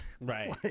right